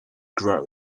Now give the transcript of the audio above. grow